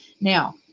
Now